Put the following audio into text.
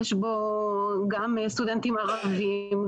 יש בו גם סטודנטים ערבים,